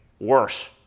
worse